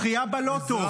זכייה בלוטו.